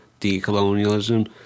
decolonialism